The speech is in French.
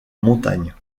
montagnes